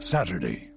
Saturday